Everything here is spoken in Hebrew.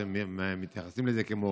אתם מתייחסים לזה כמו